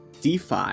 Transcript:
DeFi